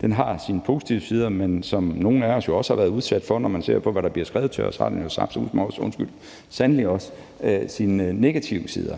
Den har sine positive sider, men som nogle af os jo også kan tale med om, når man ser på, hvad der bliver skrevet til os, så har den sandelig også sine negative sider.